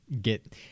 get